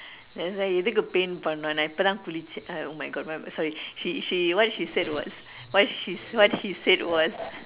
then he said எதுக்கு:ethukku paint பண்ணனும் நான் இப்பதான் குளிச்சேன்:pannanum naan ippathaan kulichseen uh oh my God my my sorry she she what she said was what he said was